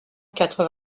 quatre